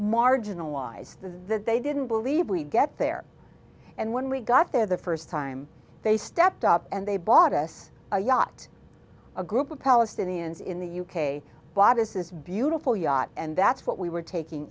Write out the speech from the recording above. marginalized that they didn't believe we'd get there and when we got there the first time they stepped up and they bought us a yacht a group of palestinians in the u k this is beautiful yacht and that's what we were taking